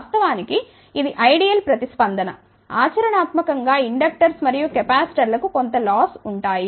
వాస్తవానికి ఇది ఐడియల్ ప్రతిస్పందన ఆచరణాత్మకం గా ఇండక్టర్స్ మరియు కెపాసిటర్లకు కొంత లాస్ ఉంటాయి